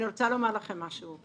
אני רוצה לומר לכם משהו.